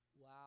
Wow